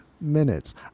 minutes